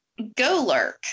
Golurk